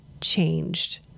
changed